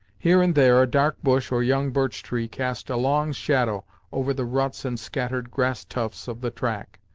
here and there a dark bush or young birch-tree cast a long shadow over the ruts and scattered grass-tufts of the track.